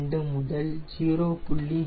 32 முதல் 0